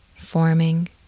forming